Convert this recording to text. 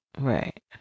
Right